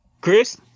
Chris